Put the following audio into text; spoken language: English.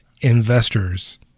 investors